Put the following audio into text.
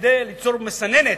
כדי ליצור מסננת,